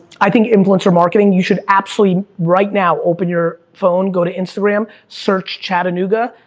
i think influencer marketing, you should absolutely, right now, open your phone, go to instagram, search chattanooga,